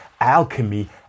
alchemy